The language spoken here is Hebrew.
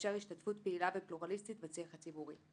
ולאפשר השתתפות פעילה ופלורליסטית בשיח הציבורי.